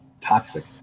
toxic